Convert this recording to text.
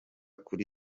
kuri